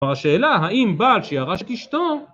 והשאלה האם בעל שירש את אשתו?